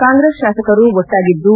ಕಾಂಗ್ರೆಸ್ ಶಾಸಕರು ಒಟ್ನಾಗಿದ್ದು